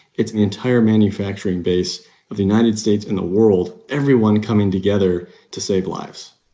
it's the entire manufacturing base of the united states and the world, everyone coming together to save lives